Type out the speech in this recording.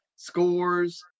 scores